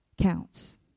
counts